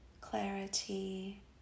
clarity